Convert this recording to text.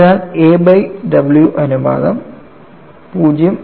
അതിനാൽ a by w അനുപാതം 0